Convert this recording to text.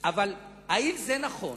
אבל האם נכון